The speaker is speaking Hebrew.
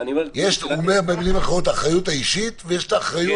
הוא אומר במילים אחרות: יש את האחריות האישית ויש את האחריות --- כן,